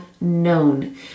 known